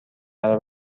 برا